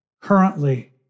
currently